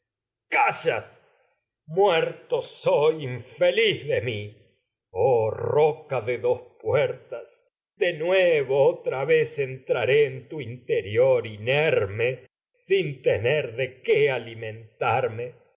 vez de mi en de puertas de nuevo otra sin en entraré tu interior inerme sumiré dor tener de qué alimentarme y